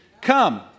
come